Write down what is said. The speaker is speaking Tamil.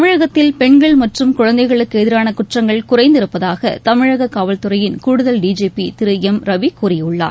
தமிழகத்தில் பெண்கள் மற்றும் குழந்தைகளுக்கு எதிரான குற்றங்கள் குறைந்திருப்பதாக தமிழக காவல்துறையின் கூடுதல் டி ஜி பி திரு எம் ரவி கூறியுள்ளார்